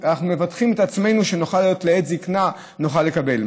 אנחנו מבטחים את עצמנו כדי שלעת זקנה נוכל לקבל.